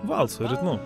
valso ritmu